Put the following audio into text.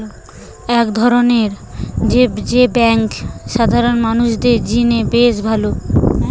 এমন বেঙ্ক যেটা সাধারণ মানুষদের জিনে বেশ ভালো